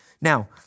Now